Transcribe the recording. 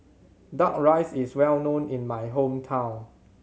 Duck Rice is well known in my hometown